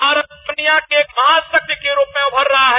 भारत दूनिया के महाशक्ति के रूप में उमर रहा है